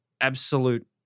absolute